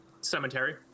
cemetery